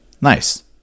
Nice